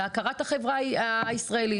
להכרת החברה הישראלית.